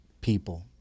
people